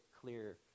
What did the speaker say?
clear